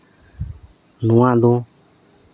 ᱱᱚᱣᱟ ᱫᱚ